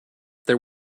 there